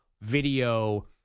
video